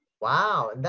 Wow